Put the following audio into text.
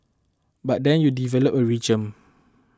but then you develop a regime